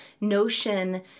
notion